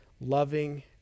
loving